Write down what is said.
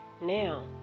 now